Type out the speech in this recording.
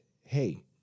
hey